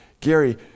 Gary